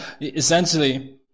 essentially